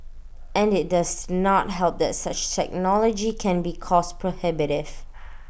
and IT does not help that such technology can be cost prohibitive